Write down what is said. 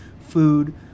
food